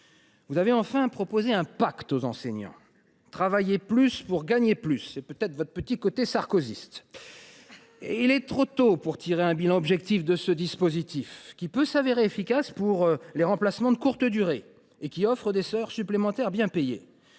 Vous avez enfin proposé un pacte aux enseignants : travailler plus pour gagner plus. C’est peut être votre petit côté sarkozyste ! Il est trop tôt pour tirer un bilan objectif de ce dispositif, qui peut s’avérer efficace pour faciliter les remplacements de courte durée et qui offre des heures supplémentaires bien payées.